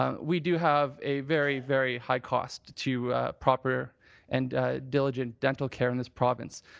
um we do have a very, very high cost to proper and diligent dental care in this province.